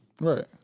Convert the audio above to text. Right